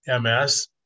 MS